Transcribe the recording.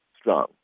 strong